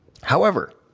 however,